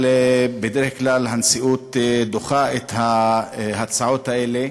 אבל בדרך כלל הנשיאות דוחה את ההצעות האלה.